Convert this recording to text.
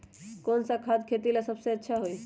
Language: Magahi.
कौन सा खाद खेती ला सबसे अच्छा होई?